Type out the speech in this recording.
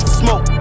smoke